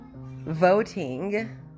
voting